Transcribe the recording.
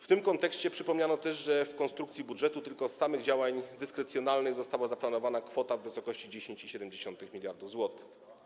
W tym kontekście przypomniano też, że w konstrukcji budżetu tylko z samych działań dyskrecjonalnych została zaplanowana kwota w wysokości 10,7 mld zł.